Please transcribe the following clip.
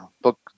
book